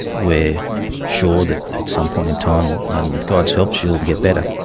we're sure that at some point in time and with god's help, she'll get better.